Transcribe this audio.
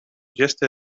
just